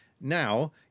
now